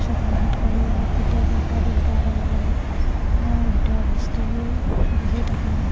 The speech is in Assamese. ছশ সাতশ দি যেতিয়া কুকুৰাটো বিকাৰ লগে লগে আমাৰ ভিতৰৰ বস্তু বহুত আহে